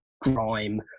grime